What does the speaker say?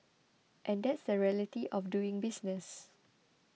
and that's the reality of doing business